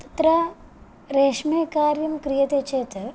तत्र रेष्मेकार्यं क्रियते चेत्